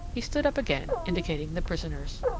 he stood up again, indicating the prisoners.